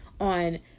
on